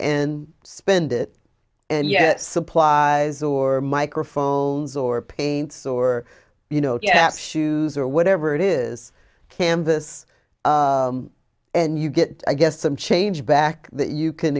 and spend it and supplies or microphones or paints or you know gas shoes or whatever it is canvas and you get i guess some change back that you can